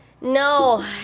no